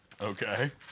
Okay